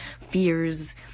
fears